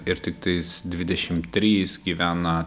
ir tiktais dvidešimt trys gyvena